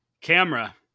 camera